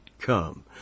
come